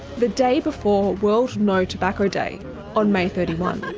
the day before world no tobacco day on may thirty one. but